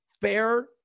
fair